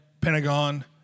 Pentagon